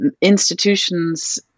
institutions